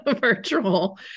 virtual